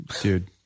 dude